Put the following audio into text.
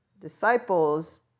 disciples